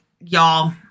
y'all